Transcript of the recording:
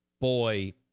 boy